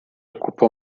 occupò